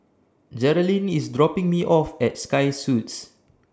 Jerilyn IS dropping Me off At Sky Suits